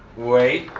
wait,